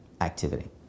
activity